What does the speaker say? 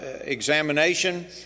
examination